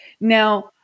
Now